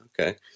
Okay